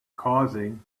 causing